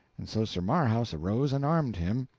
and so sir marhaus arose and armed him,